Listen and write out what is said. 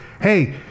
Hey